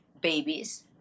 babies